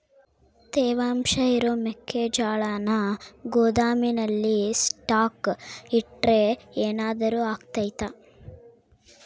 ತೇವಾಂಶ ಇರೋ ಮೆಕ್ಕೆಜೋಳನ ಗೋದಾಮಿನಲ್ಲಿ ಸ್ಟಾಕ್ ಇಟ್ರೆ ಏನಾದರೂ ಅಗ್ತೈತ?